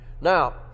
Now